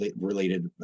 related